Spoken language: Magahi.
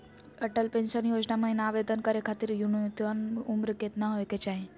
अटल पेंसन योजना महिना आवेदन करै खातिर न्युनतम उम्र केतना होवे चाही?